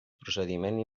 procediment